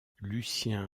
lucien